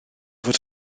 fod